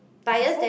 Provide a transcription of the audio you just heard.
bias then